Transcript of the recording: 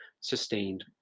sustained